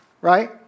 right